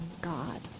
God